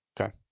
Okay